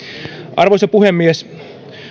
arvoisa puhemies